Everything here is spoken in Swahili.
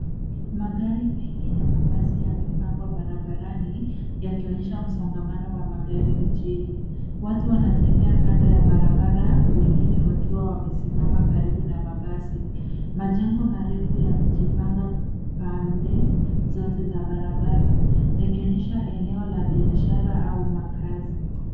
Magari mengi na mabasi yamepangwa barabarani, yakionyesha msongamano wa magari mjini. Watu wanatembea kando ya barabara, wengine wakiwa wamesimama karibu na mabasi. Majengo marefu yamejipanga pande zote za barabara, yakionyesha eneo la biashara au makazi.